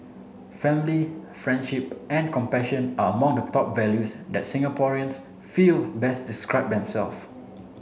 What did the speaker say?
family friendship and compassion are among the top values that Singaporeans feel best describe themself